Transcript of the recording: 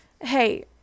Hey